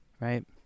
right